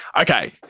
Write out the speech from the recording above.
Okay